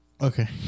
Okay